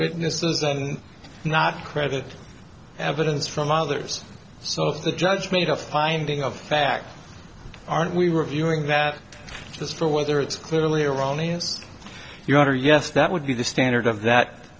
witnesses not credit evidence from others so the judge made a finding of fact aren't we reviewing that just for whether it's clearly erroneous your honor yes that would be the standard of that